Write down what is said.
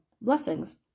blessings